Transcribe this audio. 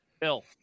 Bill